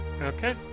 Okay